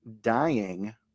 Dying